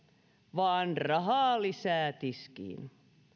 vaan rahaa lisää tiskiin